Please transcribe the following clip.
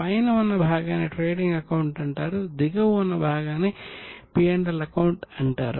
పైన ఉన్న భాగాన్ని ట్రేడింగ్ అకౌంట్ అంటారు దిగువ ఉన్న భాగాన్ని P L అకౌంట్ అంటారు